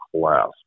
class